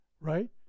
right